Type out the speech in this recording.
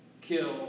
kill